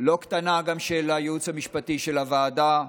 לא קטנה גם של הייעוץ המשפטי של הוועדה,